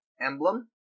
emblem